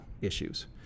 issues